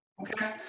Okay